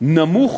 נמוך